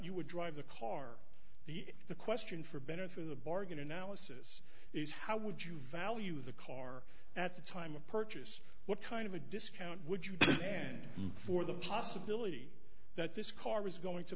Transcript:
you would drive the car the the question for better through the bargain analysis is how would you value the car at the time of purchase what kind of a discount would you stand for the possibility that this car was going to